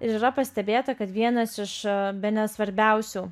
ir yra pastebėta kad vienas iš bene svarbiausių